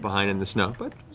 behind in the snow, but